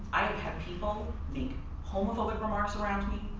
i've had people make homophobic remarks around me,